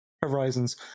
Horizons